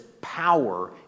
power